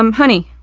um honey,